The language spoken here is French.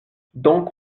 donc